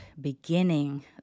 beginning